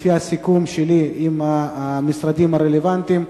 לפי הסיכום שלי עם המשרדים הרלוונטיים,